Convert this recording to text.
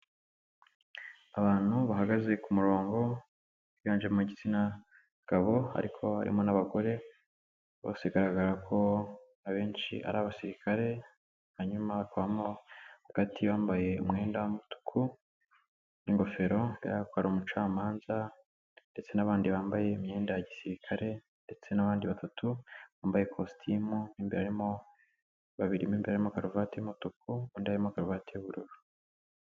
Abantu bahagaze ku murongo biganjemo igitsina gabo ariko harimo n'abagore, bose bigaragara ko abenshi ari abasirikare, hanyuma hakamo hagati uwambaye umwenda w'umutuku n'ingofero hakaba umucamanza ndetse n'abandi bambaye imyenda ya gisirikare, ndetse n'abandi batatu bambaye ikositimu imbere mo, babiri mo imbere harimo karuvati y'umutuku undi harimo karuvati y'ubururu.